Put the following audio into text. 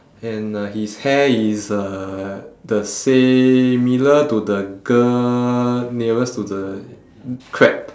and uh his hair is uh the similar to the girl nearest to the crab